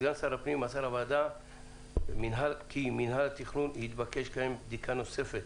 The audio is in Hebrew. סגן שר הפנים מסר לוועדה כי מינהל התכנון התבקש לקיים בדיקה נוספת